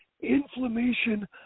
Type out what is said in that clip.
inflammation